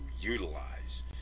utilize